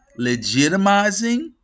legitimizing